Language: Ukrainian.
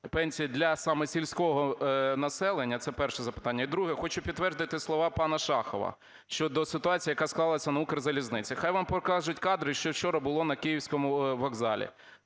пенсій для саме сільського населення. Це перше запитання. І друге. Хочу підтвердити слова пана Шахова щодо ситуації, яка склалася на "Укрзалізниці". Нехай вам покажуть кадри, що вчора було на Київському вокзалі.